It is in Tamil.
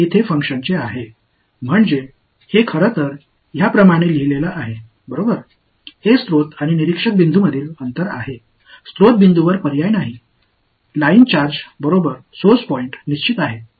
இது மூலத்திற்கும் பார்வையாளர் புள்ளிக்கும் இடையிலான தூரம் மூல புள்ளியில் வேறு வழியில்லை மூல புள்ளி லைன் சார்ஜ் உடன் பொருத்தப்பட்டு உள்ளது